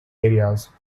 areas